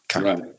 Right